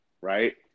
Right